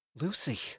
Lucy